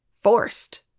forced